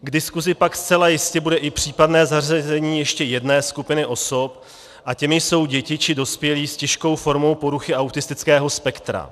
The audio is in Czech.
K diskusi pak zcela jistě bude i případné zařazení ještě jedné skupiny osob, a těmi jsou děti či dospělí s těžkou formou poruchy autistického spektra.